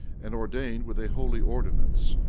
and ordained with a holy ordinance,